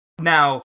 Now